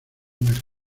muere